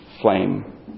flame